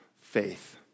faith